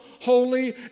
holy